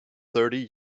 thirty